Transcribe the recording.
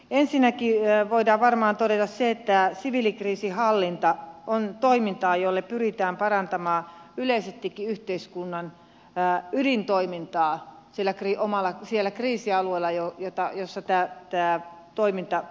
ensinnäkin voidaan varmaan todeta se että siviilikriisinhallinta on toimintaa jolla pyritään parantamaan yleisestikin yhteiskunnan ydintoimintaa siellä kriisialueella jolla tämä toiminta toteutetaan